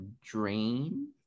drain